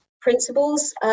principles